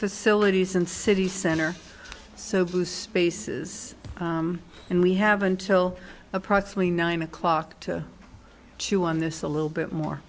facilities and city center so blue spaces and we have until approximately nine o'clock to chew on this a little bit more